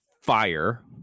fire